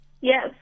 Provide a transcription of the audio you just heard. Yes